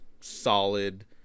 solid